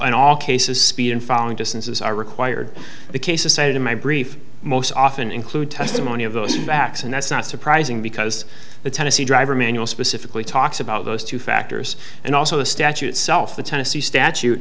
in all cases speed and following distances are required the cases cited in my brief most often include testimony of those facts and that's not surprising because the tennessee driver manual specifically talks about those two factors and also the statute itself the tennessee statute